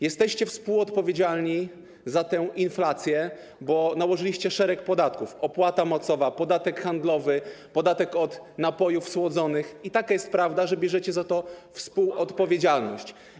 Jesteście współodpowiedzialni za tę inflację, bo nałożyliście szereg podatków: opłata mocowa, podatek handlowy, podatek od napojów słodzonych i taka jest prawda, że bierzecie za to współodpowiedzialność.